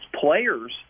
players